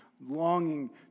longing